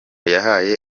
yahaye